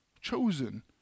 chosen